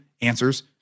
answers